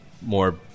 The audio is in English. more